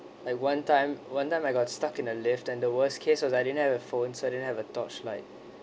like one time one time I got stuck in a lift and the worst case was I didn't have a phone so I didn't have a torch light